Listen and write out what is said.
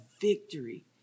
victory